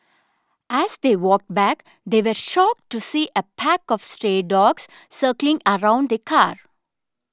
as they walked back they were shocked to see a pack of stray dogs circling around the car